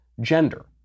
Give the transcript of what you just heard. gender